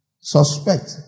suspect